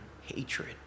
hatred